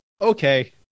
okay